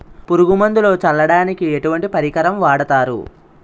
పురుగు మందులు చల్లడానికి ఎటువంటి పరికరం వాడతారు?